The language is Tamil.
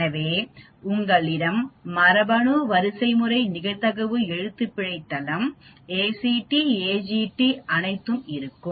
எனவே உங்களிடம் மரபணு வரிசைமுறை நிகழ்தகவு எழுத்துப்பிழை தளம் ACTAGT அனைத்தும் இருக்கும்